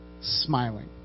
smiling